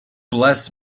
bless